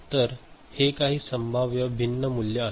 तर हे काही संभाव्य भिन्न मूल्ये आहेत